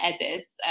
edits